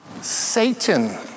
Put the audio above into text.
Satan